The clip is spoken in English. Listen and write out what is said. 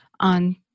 on